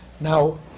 Now